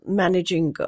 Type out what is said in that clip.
managing